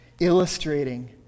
illustrating